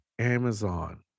Amazon